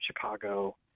Chicago